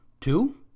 Two